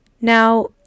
Now